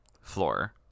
Floor